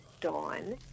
Dawn